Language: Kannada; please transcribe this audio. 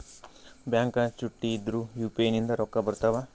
ಬ್ಯಾಂಕ ಚುಟ್ಟಿ ಇದ್ರೂ ಯು.ಪಿ.ಐ ನಿಂದ ರೊಕ್ಕ ಬರ್ತಾವಾ?